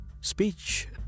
speech